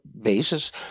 basis